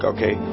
Okay